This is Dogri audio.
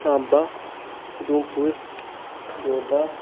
सांबा उधमपुर डोडा